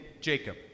Jacob